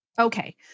Okay